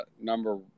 number